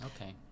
Okay